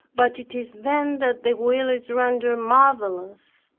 but it is then that the will is rendered marvelous,